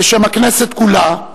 בשם הכנסת כולה,